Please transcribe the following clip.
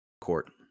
court